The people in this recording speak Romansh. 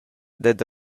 dad